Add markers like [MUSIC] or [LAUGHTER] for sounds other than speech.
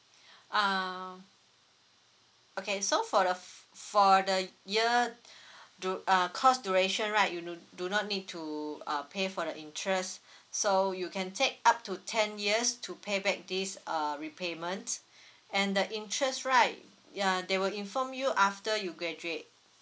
um okay so for the for the year [BREATH] du~ uh course duration right you do do not need to um pay for the interest so you can take up to ten years to pay back this uh repayment and the interest right um they will inform you after you graduate